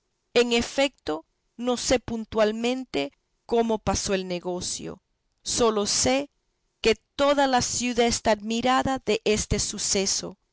en efeto no sé puntualmente cómo pasó el negocio sólo sé que toda la ciudad está admirada deste suceso